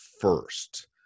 first